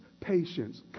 patience